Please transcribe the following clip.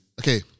okay